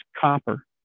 copper